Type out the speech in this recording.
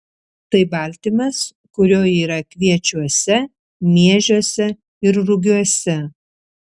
tai baltymas kurio yra kviečiuose miežiuose ir rugiuose